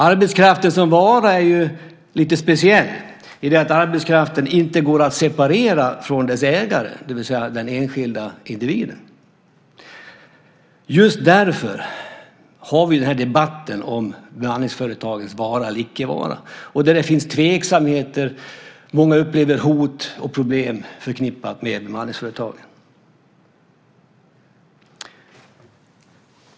Arbetskraften som vara är lite speciell i och med att det inte går att separera arbetskraften från dess ägare, det vill säga den enskilda individen. Just därför har vi den här debatten om bemanningsföretagens vara eller icke vara. Det finns tveksamheter. Många upplever att hot och problem är förknippade med bemanningsföretagen.